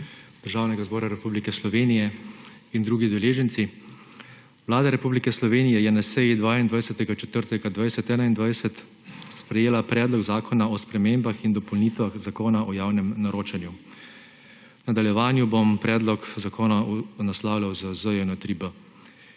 Državnega zbora Republike Slovenije in drugi udeleženci! Vlada Republike Slovenije je na seji 22. 4. 2021 sprejela Predlog zakona o spremembah in dopolnitvah Zakona o javnem naročanju. V nadaljevanju bom predlog zakona naslavljal z ZJN-3B.